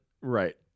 Right